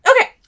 Okay